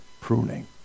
pruning